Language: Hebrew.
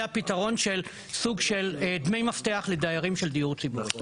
הפיתרון של סוג של דמי מפתח לדיירים של דיור ציבורי.